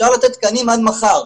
אפשר לתת תקנים עד מחר,